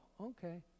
okay